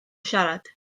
siarad